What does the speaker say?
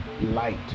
light